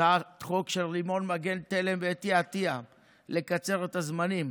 הצעת חוק של לימור מגן תלם ואתי עטייה על מנת לקצר את הזמנים